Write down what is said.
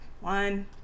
one